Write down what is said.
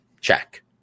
check